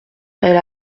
elle